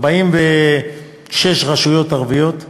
46 רשויות ערביות,